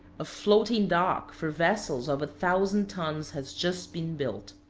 a floating dock for vessels of a thousand tons has just been built.